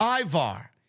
Ivar